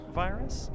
virus